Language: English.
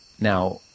Now